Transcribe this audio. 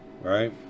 right